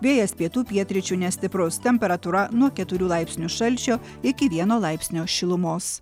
vėjas pietų pietryčių nestiprus temperatūra nuo keturių laipsnių šalčio iki vieno laipsnio šilumos